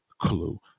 clue